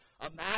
Imagine